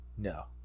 No